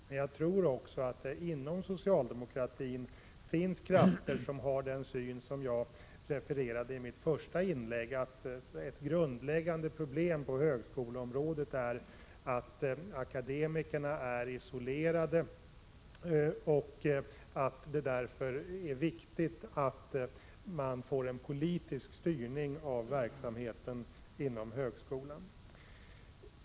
Men jag tror också att det inom socialdemokratin finns krafter som har den syn som jag refererade i mitt första inlägg, dvs. att ett grundläggande problem på högskoleområdet är att akademikerna är isolerade och att det därför är viktigt med en politisk styrning av verksamheten inom högskolan.